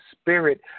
spirit